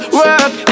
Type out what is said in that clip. work